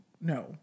No